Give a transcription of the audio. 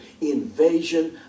invasion